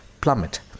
plummet